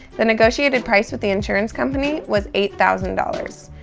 the negotiated price with the insurance company was eight thousand dollars.